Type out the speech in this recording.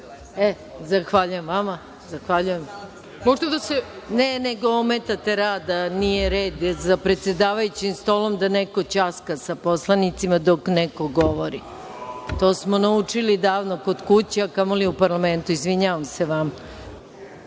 zahvaljujem vam. Ne, nego ometate rad. Nije red za predsedavajućim stolom da neko ćaska sa poslanicima dok neko govori. To smo naučili davno kod kuće, a kamoli u parlamentu. Izvinjavam se vama.